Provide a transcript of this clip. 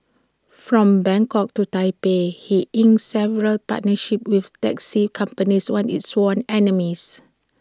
from Bangkok to Taipei he's inked several partnerships with taxi companies once its sworn enemies